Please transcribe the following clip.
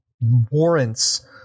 warrants